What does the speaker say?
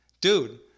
Dude